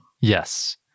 Yes